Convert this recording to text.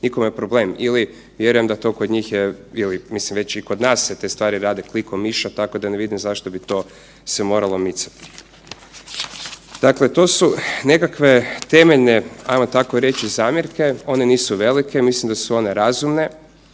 nikome problem. Ili, vjerujem da to kod njih je, ili mislim, već i kod nas se te stvari rade klikom miša, tako da ne vidim zašto bi to se moralo micati. Dakle, to su nekakve temeljne, hajmo tako reći, zamjerke. One nisu velike, mislim da su one razumne